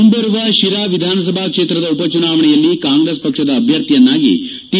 ಮುಂಬರುವ ಶಿರಾ ವಿಧಾನಸಭಾ ಕ್ಷೇತ್ರದ ಉಪ ಚುನಾವಣೆಯಲ್ಲಿ ಕಾಂಗ್ರೆಸ್ ಪಕ್ಷದ ಅಭ್ಯರ್ಥಿಯನ್ನಾಗಿ ಟಿ